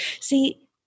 See